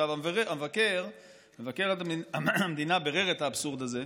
מבקר המדינה בירר את האבסורד הזה,